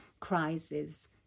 crisis